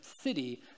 city